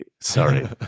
Sorry